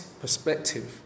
perspective